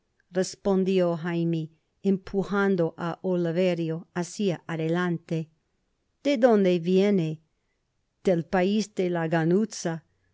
respondió jaime empujando á oliverio hacia adelante de donde viene del páis de la ganuza